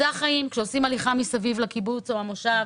כשעושים הליכה מסביב לקיבוץ, במושב